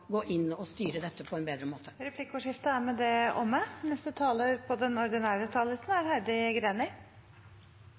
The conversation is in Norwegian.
gå inn og styre dette på en bedre måte. Replikkordskiftet er omme.